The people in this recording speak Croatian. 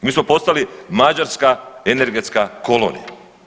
Mi smo postali mađarska energetska kolonija.